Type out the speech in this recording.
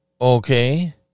Okay